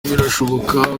birashoboka